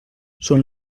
son